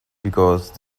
because